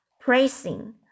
Praising